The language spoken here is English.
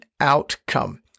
outcome